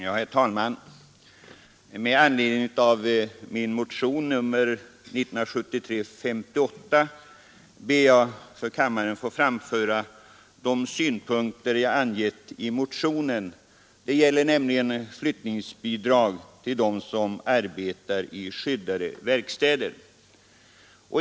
Herr talman! Med anledning av min motion 1973:58 ber jag att för kammaren få framföra de synpunkter som jag anfört i motionen, som gäller flyttningsbidrag till dem som arbetar i skyddade verkstäder.